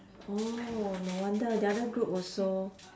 orh no wonder the other group also